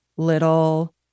little